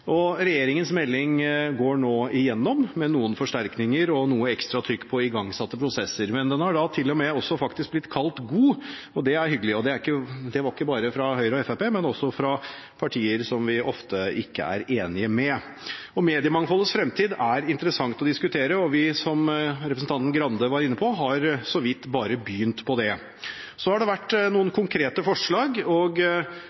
Regjeringens melding går nå igjennom, med noen forsterkninger og noe ekstra trykk på igangsatte prosesser. Men den har til og med faktisk blitt kalt god. Det er hyggelig, og det kom ikke bare fra Høyre og Fremskrittspartiet, men også fra partier som vi ofte ikke er enige med. Mediemangfoldets fremtid er interessant å diskutere, og vi har, som representanten Grande var inne på, bare så vidt begynt på det. Så har det vært